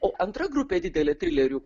o antra grupė didelė trilerių